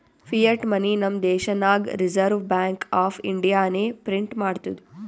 fiat money ನಮ್ ದೇಶನಾಗ್ reserve bank of ಇಂಡಿಯಾನೆ ಪ್ರಿಂಟ್ ಮಾಡ್ತುದ್